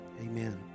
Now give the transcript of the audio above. Amen